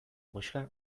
koxka